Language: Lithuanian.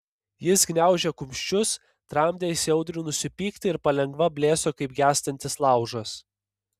jis gniaužė kumščius tramdė įsiaudrinusį pyktį ir palengva blėso kaip gęstantis laužas